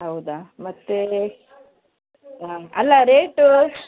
ಹೌದಾ ಮತ್ತು ಆಂ ಅಲ್ಲ ರೇಟು